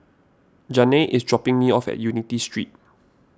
Janay is dropping me off at Unity Street